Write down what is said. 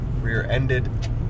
rear-ended